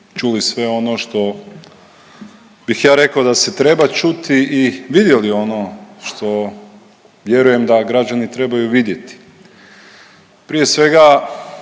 čuli sve ono što bih ja rekao da se treba čuti i vidjeli ono što vjerujem da građani trebaju vidjeti. Prije svega